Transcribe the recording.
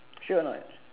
sure a not